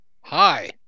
Hi